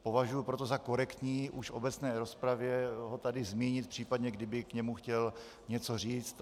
Považuji proto za korektní už v obecné rozpravě ho tady zmínit, případně kdyby k němu chtěl někdo něco říci.